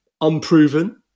unproven